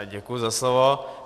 Děkuji za slovo.